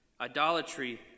idolatry